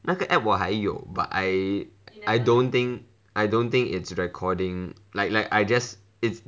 那个 app 我还有 but I I don't think I don't think it's recording like like I just it's